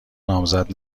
نامزد